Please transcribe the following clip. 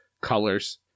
colors